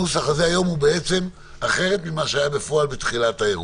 הנוסח היום הוא אחר ממה שהיה בפועל בתחילת האירוע.